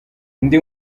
indi